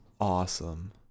awesome